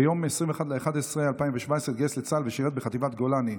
ביום 21 בנובמבר 2017 התגייס לצה"ל ושירת בחטיבת גולני.